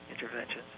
interventions